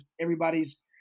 everybody's